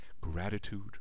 gratitude